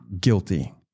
guilty